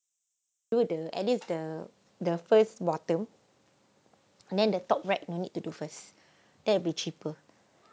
do the edit the the first bottom and then the top right you need to do first that will be cheaper